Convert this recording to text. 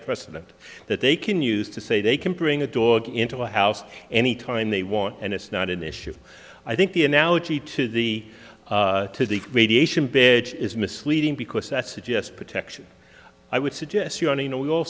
precedent that they can use to say they can bring a dog into the house any time they want and it's not an issue i think the analogy to the to the radiation barrier is misleading because that suggests protection i would suggest you only know we all